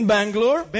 Bangalore